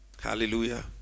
Hallelujah